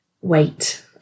wait